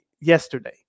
yesterday